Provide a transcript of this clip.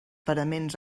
paraments